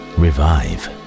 revive